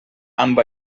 amb